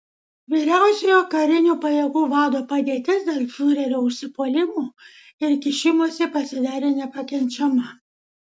vyriausiojo karinių pajėgų vado padėtis dėl fiurerio užsipuolimų ir kišimosi pasidarė nepakenčiama